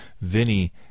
Vinny